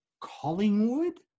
Collingwood